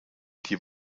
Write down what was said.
die